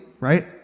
right